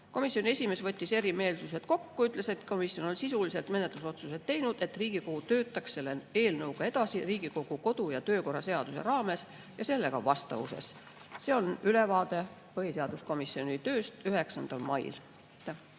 Komisjoni esimees võttis erimeelsused kokku ja ütles, et komisjon on sisuliselt menetlusotsused teinud, et Riigikogu töötaks selle eelnõuga edasi Riigikogu kodu‑ ja töökorra seaduse raames ja sellega vastavuses. See on ülevaade põhiseaduskomisjoni tööst 9. mail.